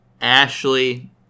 Ashley